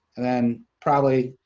and then probably,